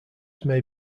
may